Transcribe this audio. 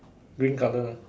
green colour ah